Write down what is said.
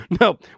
no